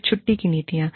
फिर छुट्टी की नीतियाँ